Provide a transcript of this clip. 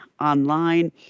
Online